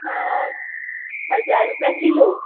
हजार रुपया किलो